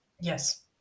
yes